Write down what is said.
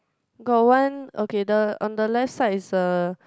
got one okay the on the left side is the